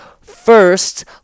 first